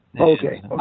Okay